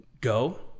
go